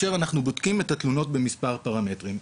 אנחנו בודקים את התלונות במספר פרמטרים,